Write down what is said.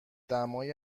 دمای